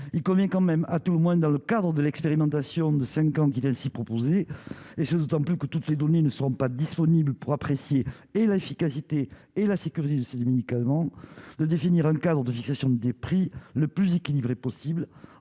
il convient quand même à tout le moins, dans le cadre de l'expérimentation de 5 ans qui est ainsi proposé, et ce d'autant plus que toutes les données ne seront pas disponibles pour apprécier et l'efficacité et la sécurité de ces 2 médicaments, le définir, cadre de fixation des prix le plus équilibré possible